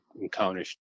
encountered